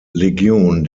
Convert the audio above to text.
legion